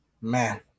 man